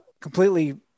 completely